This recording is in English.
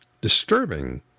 disturbing